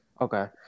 Okay